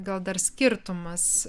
gal dar skirtumas